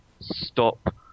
Stop